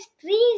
trees